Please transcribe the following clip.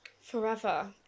Forever